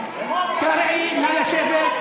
אתה לא תמשיך,